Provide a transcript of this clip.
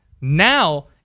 Now